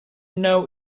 know